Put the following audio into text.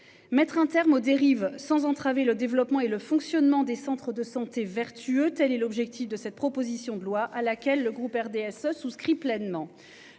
Mettre un terme aux dérives sans entraver le développement et le fonctionnement des centres de santé vertueux, telle est l'objectif de cette proposition de loi à laquelle le groupe RDSE souscrit pleinement